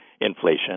inflation